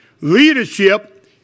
leadership